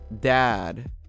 dad